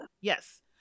yes